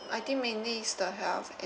I think mainly is the health and